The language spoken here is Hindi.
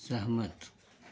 सहमत